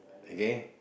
okay